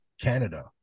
Canada